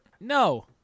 No